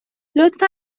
لطفا